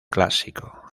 clásico